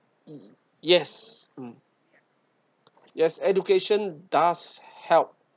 yes mm yes education does help